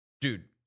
Dude